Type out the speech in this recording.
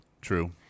True